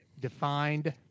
Defined